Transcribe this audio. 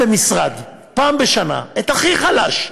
במשרד, פעם בשנה, את הכי חלש,